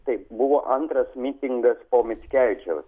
tai buvo antras mitingas po mickevičiaus